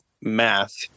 math